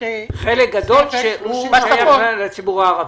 חלק גדול ששייך לציבור הערבי.